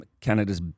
Canada's